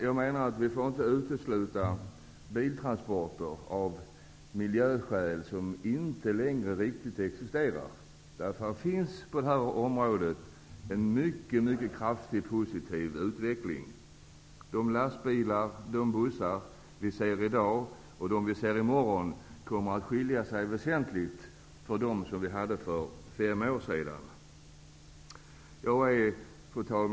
Jag menar att vi inte får utesluta biltransporter av miljöskäl som inte riktigt existerar längre. På det här området finns det en mycket kraftig positiv utveckling. De lastbilar och bussar vi ser i dag och dem vi ser i morgon kommer att skilja sig väsentligt från dem vi hade för fem år sedan. Fru talman!